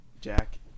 Jack